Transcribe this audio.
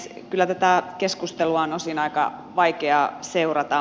kyllä tätä keskustelua on osin aika vaikea seurata